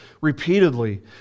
repeatedly